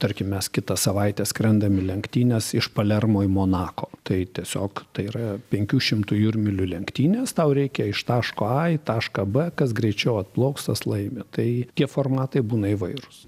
tarkim mes kitą savaitę skrendam į lenktynes iš palermo į monako tai tiesiog tai yra penkių šimtų jūrmylių lenktynės tau reikia iš taško a į tašką b kas greičiau atplauks tas laimi tai tie formatai būna įvairūs